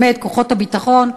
כוחות הביטחון,